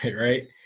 right